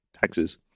taxes